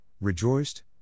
rejoiced